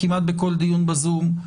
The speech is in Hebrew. כמעט בכל דיון בזום.